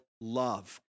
love